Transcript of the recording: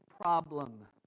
problem